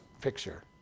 picture